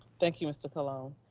thank you, mr. colon.